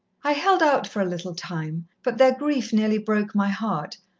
i held out for a little time, but their grief nearly broke my heart,